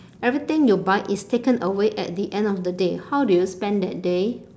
everything you buy is taken away at the end of the day how do you spend that day